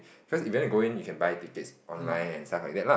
cause if you want to go in you can buy tickets online and stuff like that ah